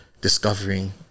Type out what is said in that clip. discovering